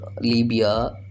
Libya